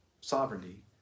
sovereignty